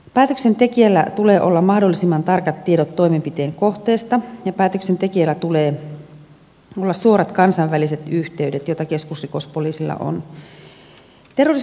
päätöksentekijällä tulee olla mahdollisimman tarkat tiedot toimenpiteen kohteesta ja päätöksentekijällä tulee olla suorat kansainväliset yhteydet joita keskusrikospoliisilla on